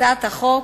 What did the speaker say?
הצעת החוק,